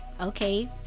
okay